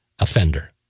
offender